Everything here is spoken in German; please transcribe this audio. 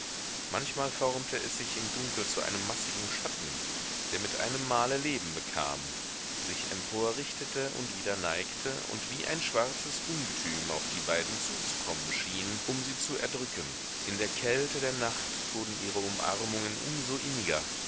manchmal formte es sich im dunkel zu einem massigen schatten der mit einem male leben bekam sich emporrichtete und wieder neigte und wie ein schwarzes ungetüm auf die beiden zuzukommen schien um sie zu erdrücken in der kälte der nacht wurden ihre umarmungen um so inniger